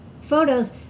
photos